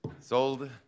Sold